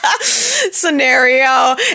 scenario